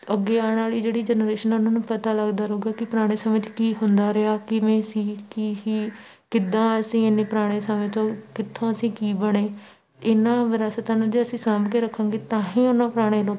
ਅੱਗੇ ਆਉਣ ਵਾਲੀ ਜਿਹੜੀ ਜਨਰੇਸ਼ਨ ਆ ਉਹਨਾਂ ਨੂੰ ਪਤਾ ਲੱਗਦਾ ਰਹੇਗਾ ਕਿ ਪੁਰਾਣੇ ਸਮੇਂ 'ਚ ਕੀ ਹੁੰਦਾ ਰਿਹਾ ਕਿਵੇਂ ਸੀ ਕੀ ਹੀ ਕਿੱਦਾਂ ਅਸੀਂ ਇੰਨੇ ਪੁਰਾਣੇ ਸਮੇਂ ਤੋਂ ਕਿੱਥੋਂ ਅਸੀਂ ਕੀ ਬਣੇ ਇਹਨਾਂ ਵਿਰਾਸਤਾਂ ਨੂੰ ਜੇ ਅਸੀਂ ਸਾਂਭ ਕੇ ਰੱਖਾਂਗੇ ਤਾਂ ਹੀ ਉਹਨਾਂ ਪੁਰਾਣੇ ਲੋ